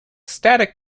static